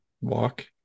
walk